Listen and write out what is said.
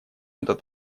этот